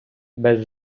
без